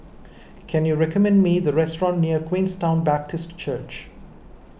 can you recommend me the restaurant near Queenstown Baptist Church